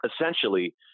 essentially